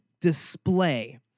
display